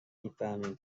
میفهمیم